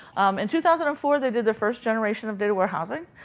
in two thousand and four, they did their first generation of data warehousing.